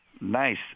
Nice